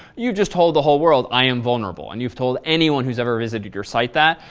you just told the whole world, i am vulnerable. and you've told anyone who's ever visited your site that.